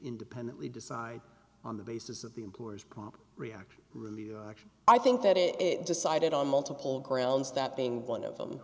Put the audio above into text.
independently decide on the basis of the employer's proper reaction really action i think that it decided on multiple grounds that being one of them